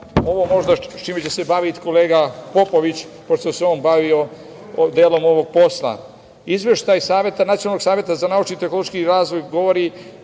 ovo možda čime će se baviti kolega Popović, pošto se on bavio delom ovog posla, Izveštaj Nacionalnog saveta za naučni i tehnološki razvoj, govori